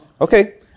Okay